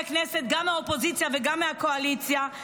כנסת גם מהאופוזיציה וגם מהקואליציה,